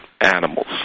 animals